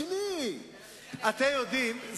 תעשו את זה גם בשינוי חוק-יסוד,